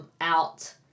out